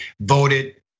voted